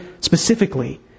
specifically